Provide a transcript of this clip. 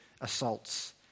assaults